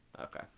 Okay